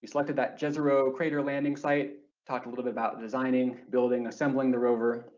we selected jezero crater landing site, talked a little bit about designing, building, assembling the rover.